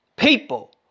People